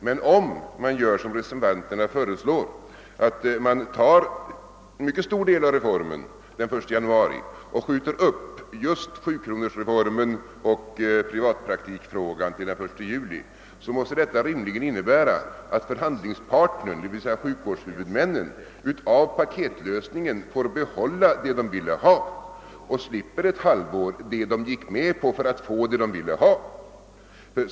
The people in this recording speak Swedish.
Men om man, som reservanterna föreslår, genomför en mycket stor del av reformen den 1 januari och skjuter upp den del av reformen som rör just sjukronorsavgiften och privatpraktikfrågan till den 1 juli måste det rimligen innebära att förhandlingspartnern, d.v.s. sjukvårdshuvudmännen, av paketlösningen får behålla vad de ville ha och under ett halvår slipper vad de gick med på för att få vad de ville ha.